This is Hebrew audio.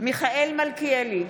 מיכאל מלכיאלי,